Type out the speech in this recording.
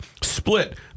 Split